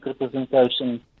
representation